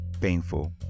Painful